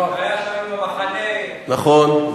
היה שם ב"מחנה, נכון.